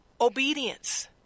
obedience